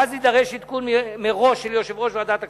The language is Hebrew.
ואז יידרש עדכון מראש של יושב-ראש ועדת הכספים.